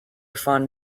fun